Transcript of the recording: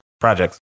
projects